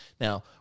Now